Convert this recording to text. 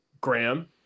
Graham